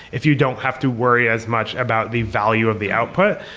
if you don't have to worry as much about the value of the output.